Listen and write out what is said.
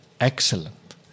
excellent